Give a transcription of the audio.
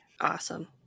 awesome